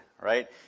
right